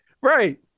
Right